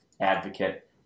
advocate